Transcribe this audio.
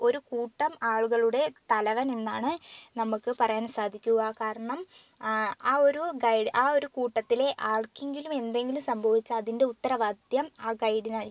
ഒരു കൂട്ടം ആളുകളുടെ തലവൻ എന്നാണ് നമുക്ക് പറയാൻ സാധിക്കുക കാരണം ആ ഒരു ഗൈഡ് ആ ഒരു കൂട്ടത്തിലെ ആർക്കെങ്കിലും എന്തെങ്കിലും സംഭവിച്ചാൽ അതിൻ്റെ ഉത്തരവാദിത്വം ആ ഗൈഡിനായിരിക്കും